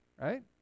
right